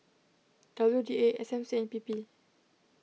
W D A S M C and P P